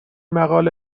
مقاله